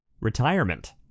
retirement